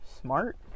smart